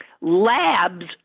labs